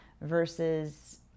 versus